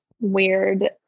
weird